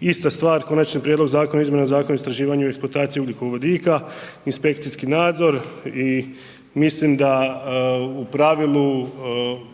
ista stvar Konačni prijedlog zakona o izmjenama Zakona o istraživanju i eksploataciji ugljikovodika, inspekcijski nadzor i mislim da u pravilu